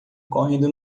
correndo